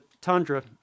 Tundra